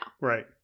Right